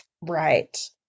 Right